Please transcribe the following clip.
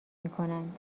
میکنند